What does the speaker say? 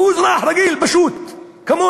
והוא אזרח רגיל, פשוט כמוני.